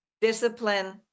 Discipline